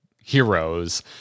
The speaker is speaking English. heroes